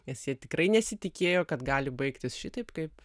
nes jie tikrai nesitikėjo kad gali baigtis šitaip kaip